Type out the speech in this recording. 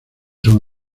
son